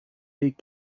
les